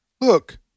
Look